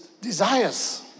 desires